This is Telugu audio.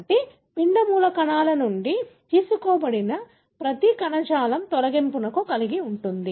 కాబట్టి పిండ మూలకణాల నుండి తీసుకోబడిన ప్రతి కణజాలం తొలగింపును కలిగి ఉంటుంది